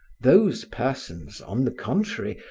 those persons, on the contrary,